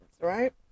right